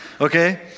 okay